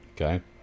Okay